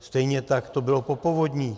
Stejně tak to bylo po povodních.